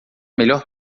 melhor